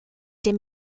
dem